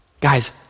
Guys